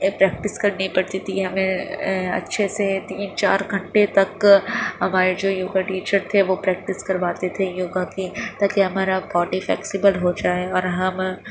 یہ پریکٹس کرنی پڑتی تھی ہمیں اچھے سے تین چار گھنٹے تک ہمارے جو یوگا ٹیچر تھے وہ پریکٹس کرواتے تھے یوگا کی تاکہ ہمارا باڈی فیکسبل ہوجائے اور ہم